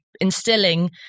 instilling